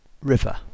River